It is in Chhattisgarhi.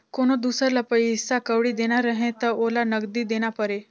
कोनो दुसर ल पइसा कउड़ी देना रहें त ओला नगदी देना परे